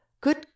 good